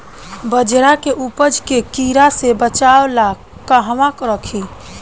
बाजरा के उपज के कीड़ा से बचाव ला कहवा रखीं?